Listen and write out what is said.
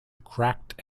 cracked